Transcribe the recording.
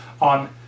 on